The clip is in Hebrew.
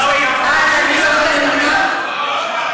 בעד ולא נמנעתי.